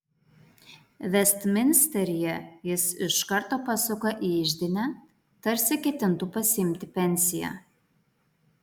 vestminsteryje jis iš karto pasuka į iždinę tarsi ketintų pasiimti pensiją